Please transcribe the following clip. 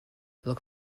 look